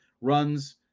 runs